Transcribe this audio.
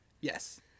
Yes